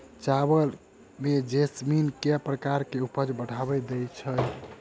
चावल म जैसमिन केँ प्रकार कऽ उपज बढ़िया दैय छै?